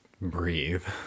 breathe